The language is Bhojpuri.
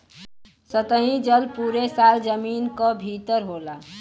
सतही जल पुरे साल जमीन क भितर होला